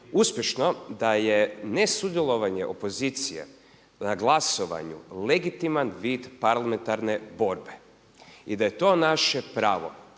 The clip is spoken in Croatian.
uspješno da je ne sudjelovanje opozicije na glasovanju legitiman vid parlamentarne borbe i da je to naše pravo,